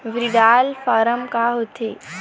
Withdrawal form का होथे?